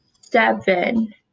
seven